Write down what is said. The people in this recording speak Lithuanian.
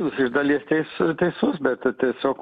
jūs iš dalies teis teisus bet tiesiog